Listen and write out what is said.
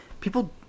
people